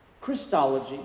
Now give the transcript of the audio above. Christology